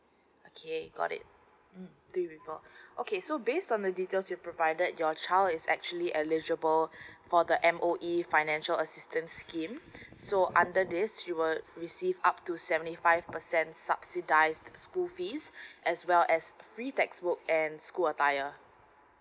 okay got it mm three people okay so based on the details you provided your child is actually eligible for the M_O_E financial assistance scheme so under this you will receive up to seventy five percent subsidised school fees as well as free textbook and school attire